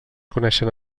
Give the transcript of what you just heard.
coneixen